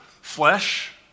flesh